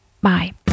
Bye